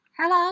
Hello